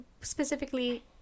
specifically